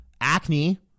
acne